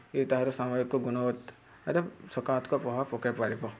ଏହି ତା'ର ସାମୁହିକ ଗୁଣବତ୍ତାରେ ସକାରାତ୍ମକ ପ୍ରଭାବ ପକାଇ ପାରିବ